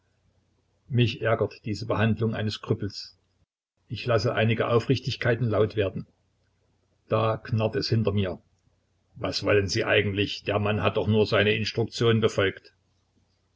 mich ärgert diese behandlung eines krüppels ich lasse einige aufrichtigkeiten laut werden da knarrt es hinter mir was wollen sie eigentlich der mann hat doch nur seine instruktion befolgt